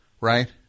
right